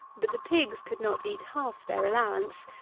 but the pigs could not eat half their allowance,